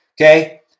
Okay